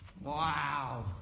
Wow